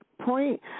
point